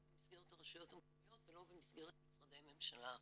לא במסגרת הרשויות המקומיות ולא במסגרת משרדי הממשלה האחרים.